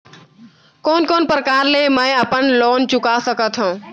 कोन कोन प्रकार ले मैं अपन लोन चुका सकत हँव?